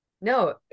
No